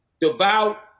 devout